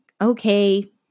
okay